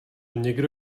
někdo